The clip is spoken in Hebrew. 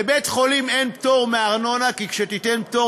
לבית-חולים אין פטור מארנונה כי כשתיתן פטור